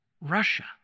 Russia